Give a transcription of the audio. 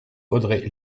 audrey